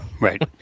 Right